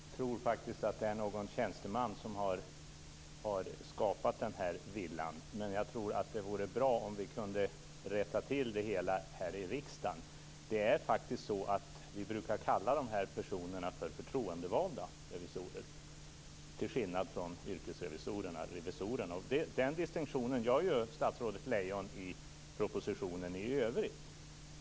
Fru talman! Jag tror faktiskt att det är någon tjänsteman som har skapat den här villan. Men jag tycker att det vore bra om vi kunde rätta till detta här i riksdagen. Det är faktiskt så att vi brukar kalla de här personerna för förtroendevalda revisorer, till skillnad från yrkesrevisorerna. Den distinktionen gör ju statsrådet Lejon i propositionen i övrigt.